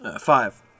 Five